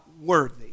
worthy